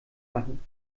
machen